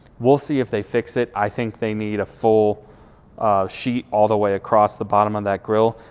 we'll see if they fix it. i think they need a full sheet all the way across the bottom of that grill.